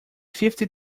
fifty